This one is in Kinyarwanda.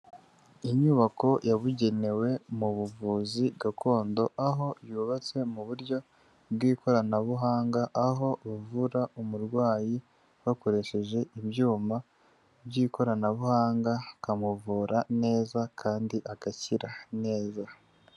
Inyubako yabugenewe mu buvuzi gakondo aho yubatse mu buryo bw'ikoranabuhanga aho uvura umurwayi bakoresheje ibyuma by'ikoranabuhanga ukamuvura neza kandi agakira neza.